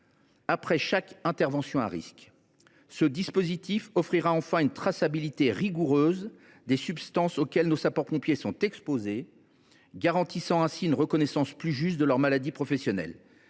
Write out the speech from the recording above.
après chaque intervention à risque. Ce dispositif offrira enfin une traçabilité rigoureuse des substances auxquelles nos sapeurs pompiers sont exposés, garantissant ainsi une reconnaissance plus juste de leurs maladies professionnelles.